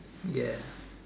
ya